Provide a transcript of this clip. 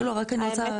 לא, רק אני רוצה.